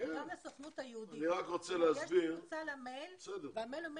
על פי תעודת הזהות של מי שחי בארץ.